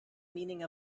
meaning